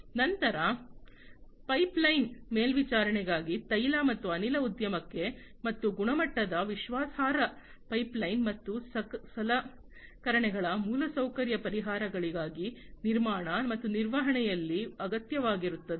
ನಂತರ ಪೈಪ್ಲೈನ್ ಮೇಲ್ವಿಚಾರಣೆಗಾಗಿ ತೈಲ ಮತ್ತು ಅನಿಲ ಉದ್ಯಮಕ್ಕೆ ಉತ್ತಮ ಗುಣಮಟ್ಟದ ವಿಶ್ವಾಸಾರ್ಹ ಪೈಪ್ಲೈನ್ ಮತ್ತು ಸಲಕರಣೆಗಳ ಮೂಲಸೌಕರ್ಯ ಪರಿಹಾರಗಳಿಗಾಗಿ ನಿರ್ಮಾಣ ಮತ್ತು ನಿರ್ವಹಣೆಯಲ್ಲಿ ಅಗತ್ಯವಾಗಿರುತ್ತದೆ